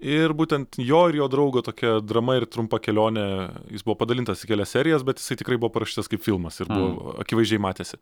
ir būtent jo ir jo draugo tokia drama ir trumpa kelionė jis buvo padalintas į kelias serijas bet jisai tikrai buvo paprašytas kaip filmas ir buvo akivaizdžiai matėsi